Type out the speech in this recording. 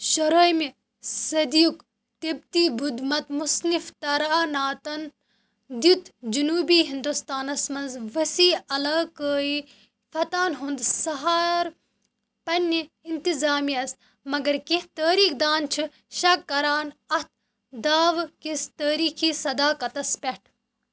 شُرہٲیمہِ صٔدیُک تِبتی بُدھمَت مُصنِف تَراناتَن دیُت جُنوٗبی ہِندُستانَس منٛز وسیع علاقٲیی فَتحَن ہُنٛد سہار پنٛنہِ اِنتِظامِیَس مگر کیٚنٛہہ تٲریٖخ دان چھِ شَک کَران اَتھ داوٕ کِس تٲریٖخی صداقَتَس پٮ۪ٹھ